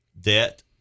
debt